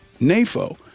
NAFO